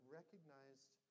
recognized